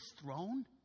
throne